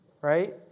right